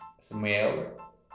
smell